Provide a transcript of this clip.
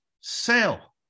sell